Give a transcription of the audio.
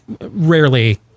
rarely